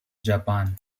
japan